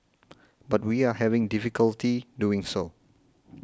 but we are having difficulty doing so